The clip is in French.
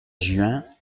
juin